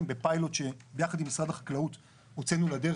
בפיילוט שביחד עם משרד החקלאות הוצאנו לדרך.